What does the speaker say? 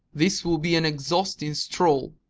this will be an exhausting stroll.